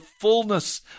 fullness